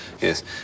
Yes